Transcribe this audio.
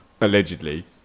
Allegedly